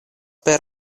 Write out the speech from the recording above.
per